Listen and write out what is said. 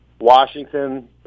Washington